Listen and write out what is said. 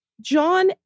John